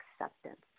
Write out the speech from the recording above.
acceptance